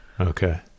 Okay